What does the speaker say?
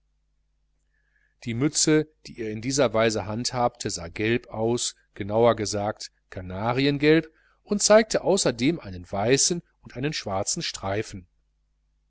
die mütze die er in dieser weise handhabte sah gelb aus genauer gesagt kanariengelb und zeigte außerdem einen weißen und einen schwarzen streifen